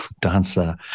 dancer